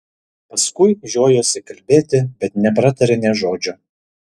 paskui žiojosi kalbėti bet nepratarė nė žodžio